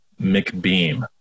McBeam